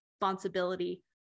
responsibility